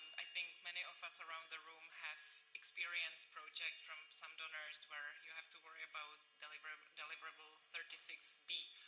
i think many of us around the room have experienced projects from some donors where you have to worry about deliverable deliverable thirty six b,